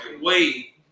Wait